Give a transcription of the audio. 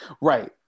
Right